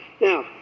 Now